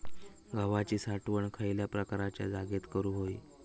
गव्हाची साठवण खयल्या प्रकारच्या जागेत करू होई?